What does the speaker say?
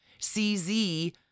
CZ